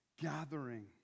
gathering